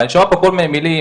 אבל אני שומע פה כל מיני מילים,